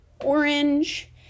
orange